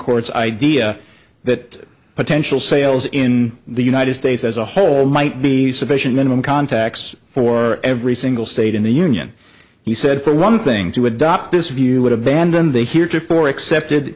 court's idea that potential sales in the united states as a whole might be sufficient minimum contacts for every single state in the union he said for one thing to adopt this view would abandon the here to four accepted